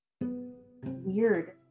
weird